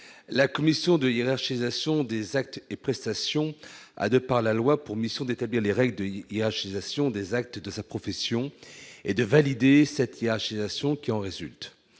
la commission de hiérarchisation des actes et prestations à, de par la loi pour mission d'établir les règles, il y a ation des actes de sa profession et de valider cette hiérarchisation qui en résultent